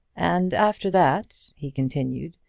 and after that, he continued,